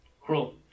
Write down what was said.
Cool